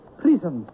prison